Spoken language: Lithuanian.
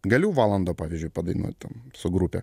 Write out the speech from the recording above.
galiu valandą pavyzdžiui padainuot ten su grupe